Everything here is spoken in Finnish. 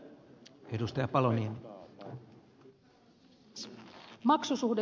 arvoisa puhemies